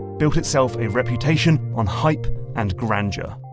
built itself a reputation on hype and grandeur.